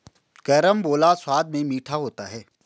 carambola स्वाद में मीठा होता है